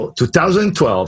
2012